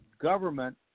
government